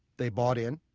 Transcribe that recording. they bought in,